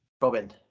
Robin